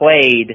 played